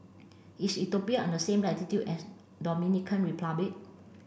is Ethiopia on the same latitude as Dominican Republic